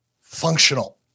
functional